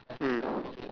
mm